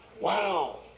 Wow